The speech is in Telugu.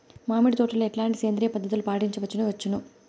మామిడి తోటలో ఎట్లాంటి సేంద్రియ పద్ధతులు పాటించవచ్చును వచ్చును?